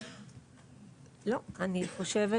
לא, אני חושבת